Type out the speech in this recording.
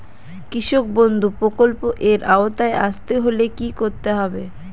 কৃষকবন্ধু প্রকল্প এর আওতায় আসতে হলে কি করতে হবে?